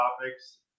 topics